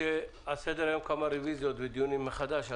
כמה רביזיות ודיונים מחדש.